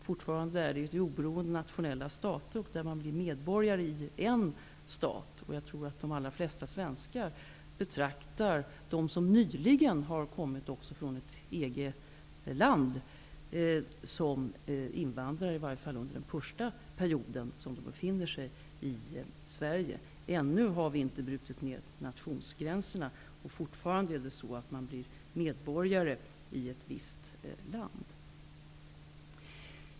Fortfarande är det oberoende nationella stater, där man blir medborgare i en stat. Jag tror att de allra flesta svenskar betraktar dem som nyligen har kommit hit också från ett EG-land som invandrare, i varje fall under den första period som de befinner sig i Sverige. Än har vi inte brutit ner nationsgränserna. Fortfarande blir man medborgare i ett visst land.